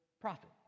profit